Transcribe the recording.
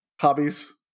Hobbies